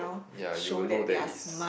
ya you will know there is